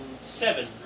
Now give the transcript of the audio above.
seven